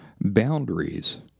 Boundaries